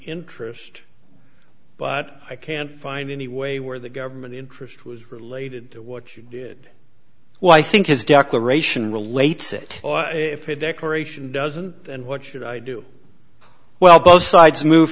interest but i can't find any way where the government interest was related to what you did well i think his declaration relates it if a declaration doesn't and what should i do well both sides move